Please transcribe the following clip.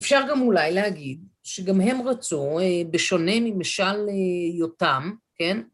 אפשר גם אולי להגיד שגם הם רצו, בשונה ממשל יותם, כן?